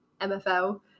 MFL